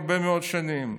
הרבה מאוד שנים: